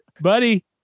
Buddy